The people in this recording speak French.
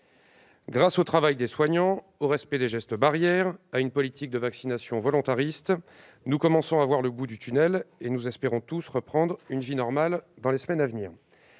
Grâce au travail des soignants, au respect des gestes barrières et à une politique volontariste de vaccination, nous commençons à voir le bout du tunnel, et nous espérons tous reprendre une vie normale dans les semaines à venir.